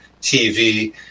TV